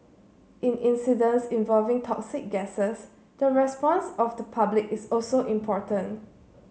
in incidents involving toxic gases the response of the public is also important